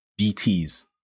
BTs